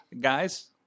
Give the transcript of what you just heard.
guys